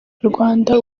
rwanda